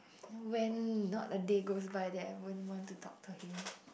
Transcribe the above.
when not a day goes by that I won't want to talk to him